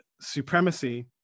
supremacy